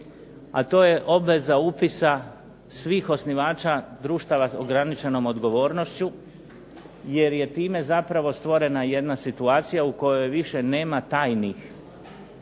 a to je obveza upisa svih osnivača društava sa ograničenom odgovornošću, jer je time zapravo stvorena jedna situacija u kojoj više nema tajnih